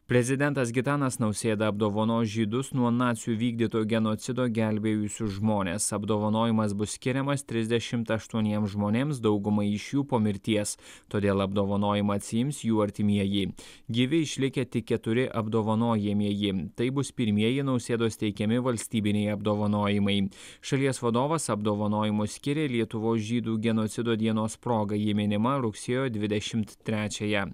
prezidentas gitanas nausėda apdovanos žydus nuo nacių vykdyto genocido gelbėjusius žmones apdovanojimas bus skiriamas trisdešimt aštuoniems žmonėms daugumai iš jų po mirties todėl apdovanojimą atsiims jų artimieji gyvi išlikę tik keturi apdovanojamieji tai bus pirmieji nausėdos teikiami valstybiniai apdovanojimai šalies vadovas apdovanojimus skiria lietuvos žydų genocido dienos proga ji minima rugsėjo dvidešimt trečiąją